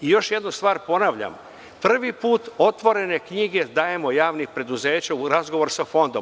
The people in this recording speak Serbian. Još jedna stvar, ponavljam, prvi put otvorene knjige javnih preduzeća dajemo u razgovor sa Fondom.